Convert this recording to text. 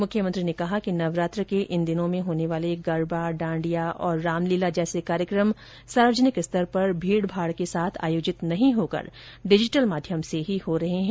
मुख्यमंत्री ने कहा कि नवरात्रा के इन दिनों में होने वाले गरबा डांडिया और रामलीला जैसे कार्यक्रम सार्वजनिक स्तर पर भीड़ भाड़ के साथ आयोजित न होकर डिजिटल माध्यम से ही हो रहे हैं